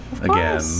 again